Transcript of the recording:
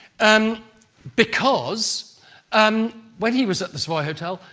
and because um when he was at the savoy hotel,